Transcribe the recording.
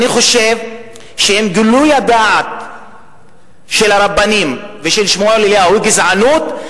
אני חושב שאם גילוי הדעת של הרבנים ושל שמואל אליהו הוא גזענות,